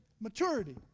maturity